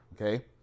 okay